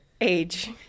age